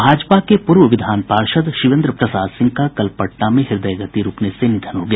भाजपा के पूर्व विधान पार्षद शिवेन्द्र प्रसाद सिंह का कल पटना में हृदय गति रूकने से निधन हो गया